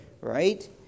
right